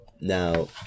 Now